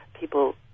people